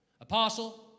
apostle